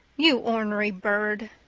you ornery bird,